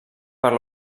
per